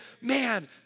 man